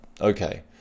Okay